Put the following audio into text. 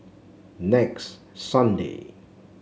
next Sunday